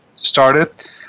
started